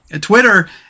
twitter